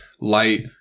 light-